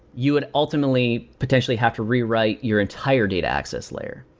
you would ultimately potentially have to rewrite your entire data access layer.